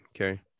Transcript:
okay